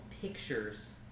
pictures